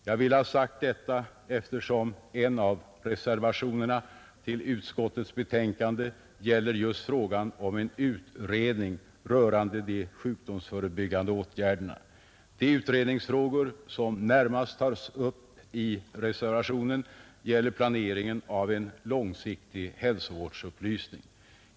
Jag vill ha sagt detta, eftersom en av reservationerna till utskottets betänkande gäller just frågan om en utredning rörande de sjukdomsförebyggande åtgärderna. De utredningsfrågor som närmast tas upp i reservationen gäller planeringen av en långsiktig hälsovårdsupplysning.